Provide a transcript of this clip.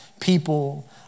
People